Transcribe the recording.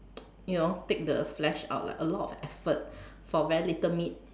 you know take the flesh out like a lot of effort for very little meat